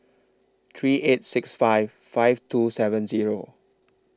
three eight six five five two seven Zero